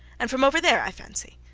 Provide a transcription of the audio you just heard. and from over there, i fancy.